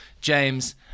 James